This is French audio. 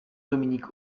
dominique